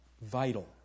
Vital